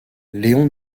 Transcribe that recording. léon